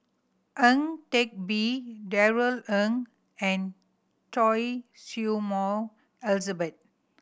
Ang Teck Bee Darrell Ang and Choy Su Moi Elizabeth